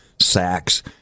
sacks